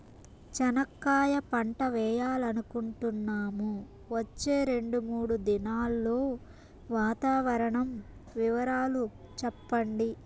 చెనక్కాయ పంట వేయాలనుకుంటున్నాము, వచ్చే రెండు, మూడు దినాల్లో వాతావరణం వివరాలు చెప్పండి?